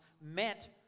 meant